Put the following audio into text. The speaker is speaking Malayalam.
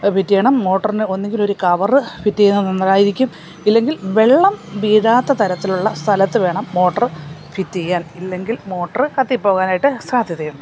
ഫിറ്റ് ചെയ്യണം മോട്ടറിന് ഒന്നുകിൽ ഒരു കവറ് ഫിറ്റ് ചെയ്യുന്നത് നന്നായിരിക്കും ഇല്ലെങ്കിൽ വെള്ളം വീഴാത്ത തരത്തിലുള്ള സ്ഥലത്ത് വേണം മോട്ടർ ഫിറ്റ് ചെയ്യാൻ ഇല്ലെങ്കിൽ മോട്ടറ് കത്തി പോകാനായിട്ട് സാധ്യതയുണ്ട്